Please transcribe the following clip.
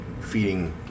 feeding